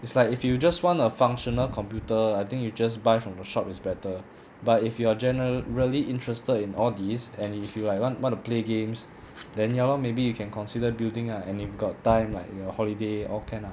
it's like if you just want a functional computer I think you just buy from the shop is better but if you are general really interested in all this and if you like want want to play games then ya lor maybe you can consider building ah and you got time like you got holiday all can lah